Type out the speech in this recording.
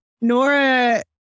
Nora